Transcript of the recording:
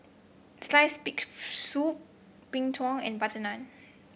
sliced big soup Png Tao and butter naan